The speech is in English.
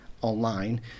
online